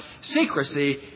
secrecy